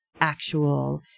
actual